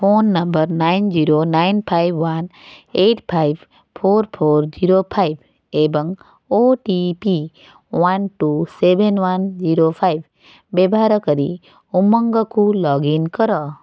phone number nine zero nine five one eight five four four zero five ଏବଂ O T P one T seven one zero five ବ୍ୟବହାର କରି ଉମଙ୍ଗକୁ log in କର